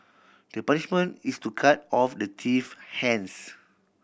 the punishment is to cut off the thief hands